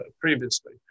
previously